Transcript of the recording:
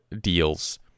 deals